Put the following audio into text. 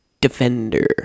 defender